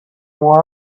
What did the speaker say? more